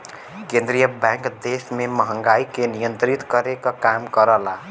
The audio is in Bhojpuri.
केंद्रीय बैंक देश में महंगाई के नियंत्रित करे क काम करला